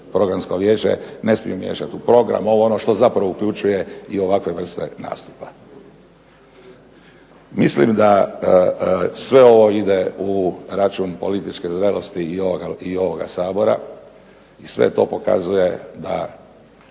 Programsko vijeće ne smiju miješati u program ovo, ono, što zapravo uključuje i ovakve vrste nastupa. Mislim da sve ovo ide u račun političke zrelosti i ovoga Sabora, i sve to pokazuje da